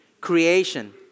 creation